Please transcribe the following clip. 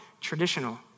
traditional